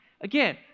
again